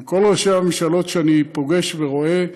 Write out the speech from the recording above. עם כל ראשי הממשלות שאני פוגש ורואה,